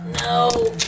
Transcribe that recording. No